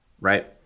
right